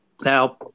Now